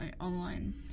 online